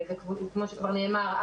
כפי שכבר שנאמר,